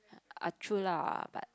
ah true lah but